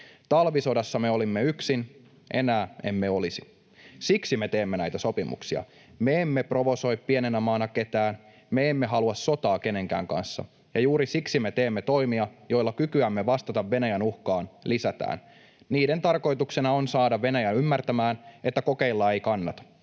Talvisodassa me olimme yksin, enää emme olisi. Siksi me teemme näitä sopimuksia. Me emme provosoi pienenä maana ketään, me emme halua sotaa kenenkään kanssa ja juuri siksi me teemme toimia, joilla kykyämme vastata Venäjän uhkaan lisätään. Niiden tarkoituksena on saada Venäjä ymmärtämään, että kokeilla ei kannata.